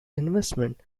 investment